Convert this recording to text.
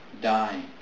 dying